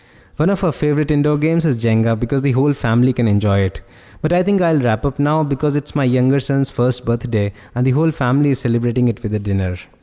but of our favorites indoor game is is jenga because the whole family can enjoy it but i think i'll wrap-up now because it's my younger sons' first birthday and the whole family is celebrating it with a dinner